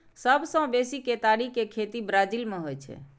सबसं बेसी केतारी के खेती ब्राजील मे होइ छै